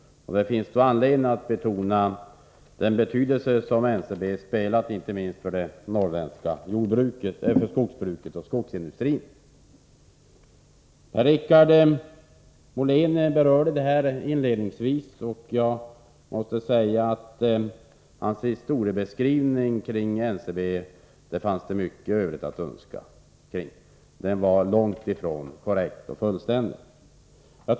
Det finns då anledning att betona den betydelse som NCB spelat för det norrländska skogsbruket och skogsindustrin. Per-Richard Molén berörde detta inledningsvis. Jag måste säga att hans historiebeskrivning kring NCB gav mycket i övrigt att önska. Den var långt — Nr 105 ifrån korrekt och fullständig.